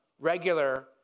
regular